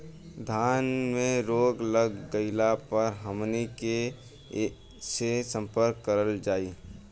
धान में रोग लग गईला पर हमनी के से संपर्क कईल जाई?